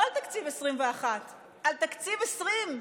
לא על תקציב 2021, על תקציב 2020,